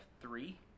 three